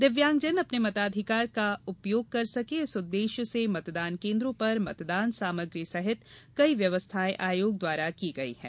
दिव्यांगजन अपने मताधिकार का उपयोग कर सकें इस उद्देश्य से मतदान कोन्द्रों पर मतदान सामग्री सहित कई व्यवस्थाएँ आयोग द्वारा की गयी हैं